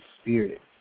spirit